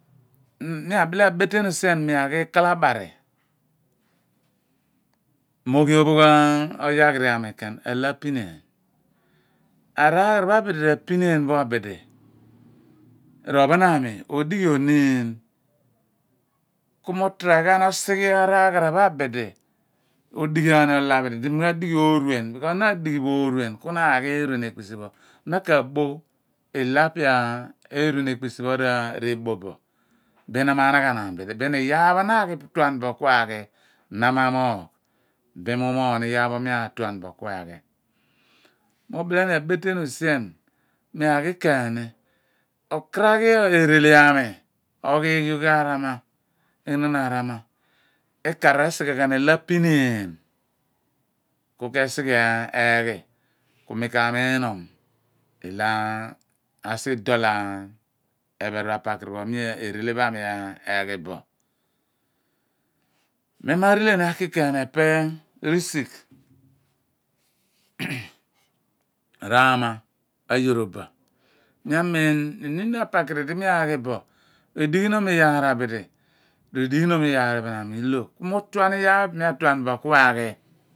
Mi abile abe fenu sien mi aghi kalabari mi ughi ophogh oyahiri aarui ken ela apiniieny araghara pho abidi r'apinnieeny pho abidi r'ophon aami o/dighe oniia ku mu try ghan osighe araaghara pho abidi odighi aani ola abidi di mi adighi ooruen beea use na adighi oruen ku na aghi eeruen ekpisi pho na ka pogh ilo epe eruen ekpisi pho r'ebo bo bin na ma naghanan buli bin iyaar pho na aghi na ma moogh mi omoogh ni iyaar mi atuan bo ku aghi bo mi ubile ni abetem sien mi aghi kleni okaraghi ereele aami oghi ghi yogh arama ihnon arama ikar esighe ghan ilo apikeeny ku ka sighe eghi ku nu ka miinom ilo asulol epheypho apakiri pho ani arele erele pho ami aghi bo mi ma arele ni ken aki epe risigh raama eyoroba amin iniin apaiari di mi aghi bo edighinom iyaar abidi r'idighinom iyaar pho ami i/lo ku nu mu atuan iyaar pho epe mi atuan bo ku aghi.